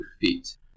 feet